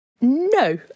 No